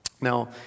Now